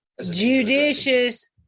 judicious